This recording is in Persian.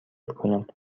کنم